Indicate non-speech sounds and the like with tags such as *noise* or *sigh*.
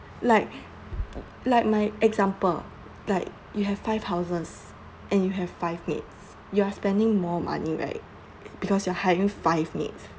like *noise* like my example like you have five thousands and you have five maids you're spending more money right because you are hiring five maids